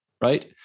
right